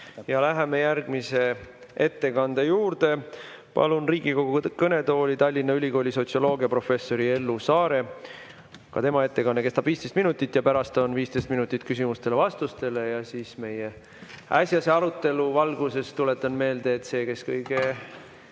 Aitäh! Läheme järgmise ettekande juurde. Palun Riigikogu kõnetooli Tallinna Ülikooli sotsioloogiaprofessori Ellu Saare. Ka tema ettekanne kestab 15 minutit ja pärast on 15 minutit küsimustele-vastustele. Meie äsjase arutelu valguses tuletan meelde, et see, kes kõige